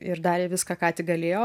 ir darė viską ką tik galėjo